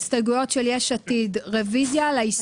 קיומו של הסכם ממון תקף ושסמכות לדון בענייני רכוש נתונה לבית